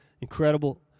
incredible